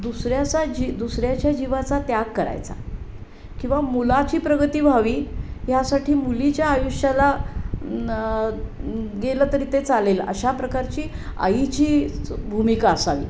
दुसऱ्याचा जी दुसऱ्याच्या जिवाचा त्याग करायचा किंवा मुलाची प्रगती व्हावी यासाठी मुलीच्या आयुष्याला गेलं तरी ते चालेल अशा प्रकारची आईचीच भूमिका असावी